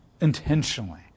intentionally